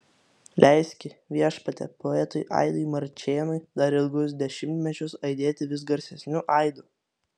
leiski viešpatie poetui aidui marčėnui dar ilgus dešimtmečius aidėti vis garsesniu aidu